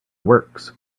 works